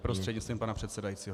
Prostřednictvím pana předsedajícího.